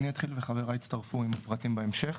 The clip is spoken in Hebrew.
אני אתחיל וחבריי יצטרפו עם הפרטים בהמשך.